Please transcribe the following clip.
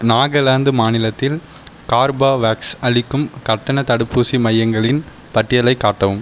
நாகாலாந்து மாநிலத்தில் கார்பாவேக்ஸ் அளிக்கும் கட்டணத் தடுப்பூசி மையங்களின் பட்டியலைக் காட்டவும்